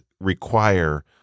require